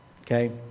okay